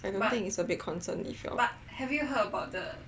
I don't think it's a big concern if you are